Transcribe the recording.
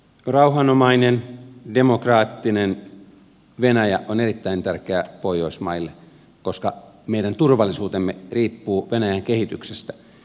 rauhanomainen demokraattinen venäjä on erittäin tärkeä pohjoismaille koska meidän turvallisuutemme riippuu venäjän kehityksestä